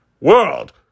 world